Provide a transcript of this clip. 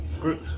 group